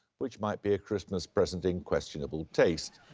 which might be a christmas present in questionable taste!